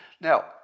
Now